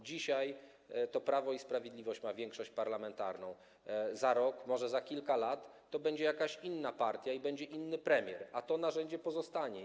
Dzisiaj to Prawo i Sprawiedliwość ma większość parlamentarną, za rok, może za kilka lat, to będzie jakaś inna partia i będzie inny premier, a to narzędzie pozostanie.